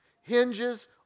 hinges